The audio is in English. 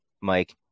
Mike